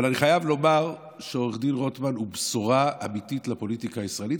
אבל אני חייב לומר שעו"ד רוטמן הוא בשורה אמיתית לפוליטיקה הישראלית,